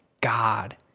God